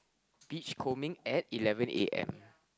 beach combing at eleven A_M